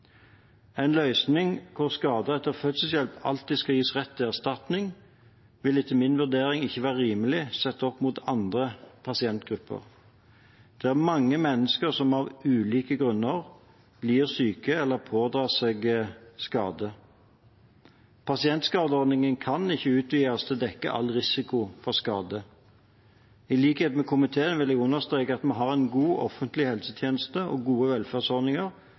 En løsning hvor skader etter fødselshjelp alltid skal gi rett til erstatning, vil etter min vurdering ikke være rimelig, sett opp mot andre pasientgrupper. Det er mange mennesker som av ulike grunner blir syke eller pådrar seg skade. Pasientskadeordningen kan ikke utvides til å dekke all risiko for skade. I likhet med komiteen vil jeg understreke at vi har en god offentlig helsetjeneste og gode velferdsordninger